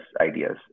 ideas